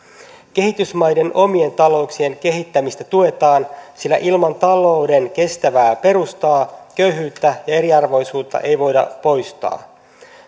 kehitysmaiden omien talouksien kehittämistä tuetaan sillä ilman talouden kestävää perustaa ei köyhyyttä ja eriarvoisuutta voida poistaa